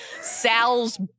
Sal's